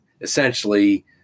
essentially